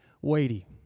weighty